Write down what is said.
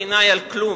בעיני על כלום,